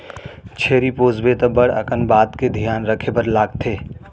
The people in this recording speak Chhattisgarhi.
छेरी पोसबे त बड़ अकन बात के धियान रखे बर लागथे